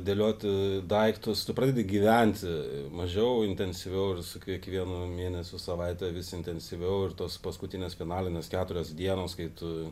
dėlioti daiktus tu pradedi gyventi mažiau intensyviau ir su kiekvienu mėnesiu savaite vis intensyviau ir tos paskutinės finalinės keturios dienos kai tu